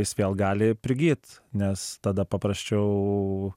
jis vėl gali prigyt nes tada paprasčiau